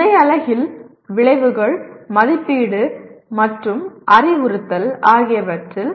முந்தைய அலகில் விளைவுகள் மதிப்பீடு மற்றும் அறிவுறுத்தல் ஆகியவற்றில்